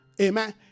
Amen